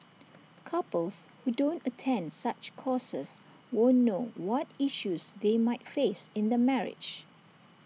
couples who don't attend such courses won't know what issues they might face in their marriage